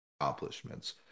accomplishments